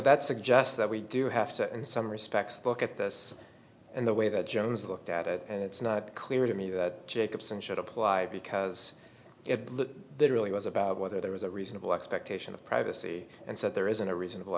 suggests that we do have to in some respects look at this and the way that jones looked at it and it's not clear to me that jacobson should apply because it really was about whether there was a reasonable expectation of privacy and said there isn't a reasonable